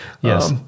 Yes